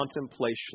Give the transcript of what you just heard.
contemplation